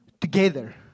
together